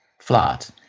flat